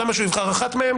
למה שהוא יבחר באחת מהן?